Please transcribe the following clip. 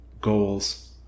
Goals